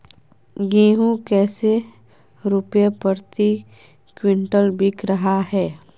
गेंहू कैसे रुपए प्रति क्विंटल बिक रहा है?